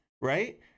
Right